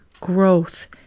growth